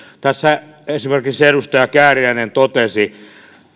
tässä esimerkiksi edustaja kääriäinen totesi